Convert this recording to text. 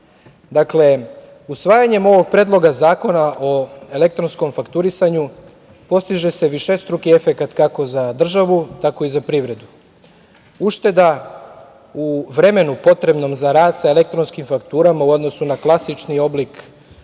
usvajanjem ovog Predloga zakona o elektronskom fakturisanju postiže se višestruki efekat, kako za državu, tako i za privredu, ušteda u vremenu potrebnom za rad sa elektronskim fakturama u odnosu na klasični oblik papirnih